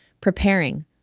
preparing